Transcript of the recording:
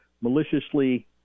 maliciously